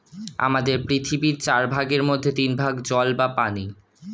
আমাদের পৃথিবীর চার ভাগের মধ্যে তিন ভাগ জল বা পানি